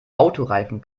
autoreifen